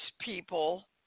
people